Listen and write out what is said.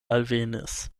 alvenis